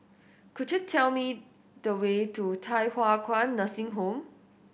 could you tell me the way to Thye Hua Kwan Nursing Home